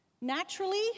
Naturally